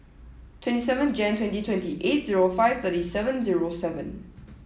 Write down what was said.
twenty seven Jan twenty twenty eight zero five thirty seven zero seven